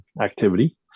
activity